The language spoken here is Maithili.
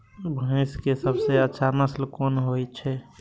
भैंस के सबसे अच्छा नस्ल कोन होय छे?